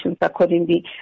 accordingly